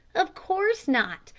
of course not!